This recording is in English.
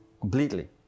completely